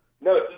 No